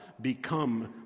become